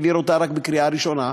העביר אותו רק בקריאה ראשונה,